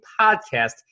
Podcast